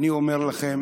אני אומר לכם,